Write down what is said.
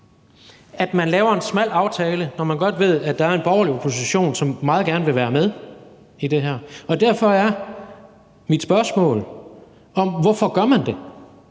at man laver en smal aftale, når man godt ved, at der er en borgerlig opposition, som meget gerne vil være med i det her. Og derfor er mit spørgsmål: Hvorfor gør man det?